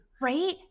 Right